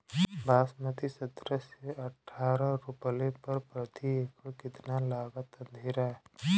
बासमती सत्रह से अठारह रोपले पर प्रति एकड़ कितना लागत अंधेरा?